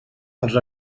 els